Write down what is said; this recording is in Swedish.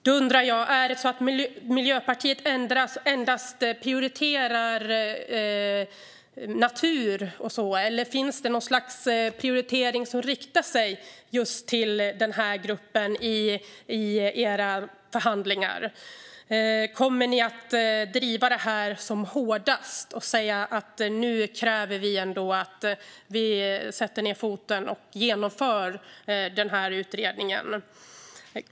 Då undrar jag om Miljöpartiet endast prioriterar natur eller om det finns något slags prioritering som riktar sig just till den här gruppen i era förhandlingar. Kommer ni att driva det här som hårdast och säga att ni kräver att vi sätter ned foten och genomför utredningens förslag?